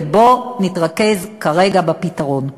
ובואו נתרכז כרגע בפתרון.